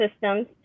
systems